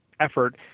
effort